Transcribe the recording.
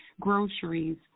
groceries